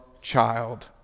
child